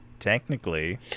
Technically